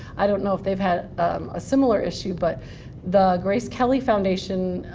i don't know if they've had a similar issue, but the grace kelly foundation,